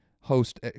host